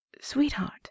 Sweetheart